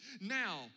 Now